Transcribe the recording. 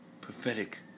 prophetic